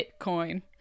Bitcoin